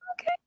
Okay